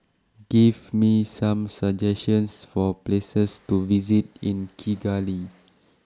Give Me Some suggestions For Places to visit in Kigali